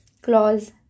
Clause